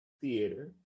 Theater